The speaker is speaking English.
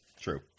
True